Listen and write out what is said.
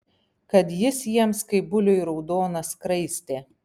kad jis jiems kaip buliui raudona skraistė